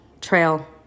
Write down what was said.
Trail